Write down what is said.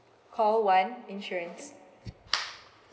call one insurance